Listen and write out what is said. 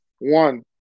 One